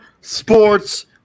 Sports